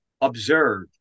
observe